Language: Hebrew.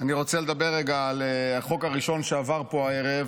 אני רוצה לדבר רגע על החוק הראשון שעבר פה הערב